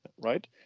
Right